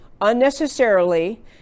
unnecessarily